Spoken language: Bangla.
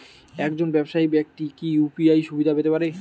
একজন ব্যাবসায়িক ব্যাক্তি কি ইউ.পি.আই সুবিধা পেতে পারে?